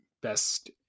best